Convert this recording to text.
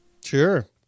Sure